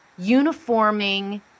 uniforming